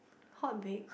hot bake